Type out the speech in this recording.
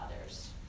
others